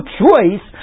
choice